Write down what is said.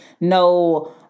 No